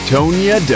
Tonya